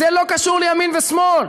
זה לא קשור לימין ושמאל.